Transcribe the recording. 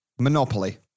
Monopoly